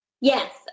yes